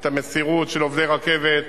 את המסירות של עובדי הרכבת.